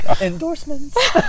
Endorsements